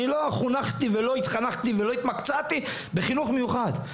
אני לא חונכתי ולא התחנכתי ולא התמקצעתי בחינוך מיוחד.